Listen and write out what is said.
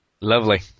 Lovely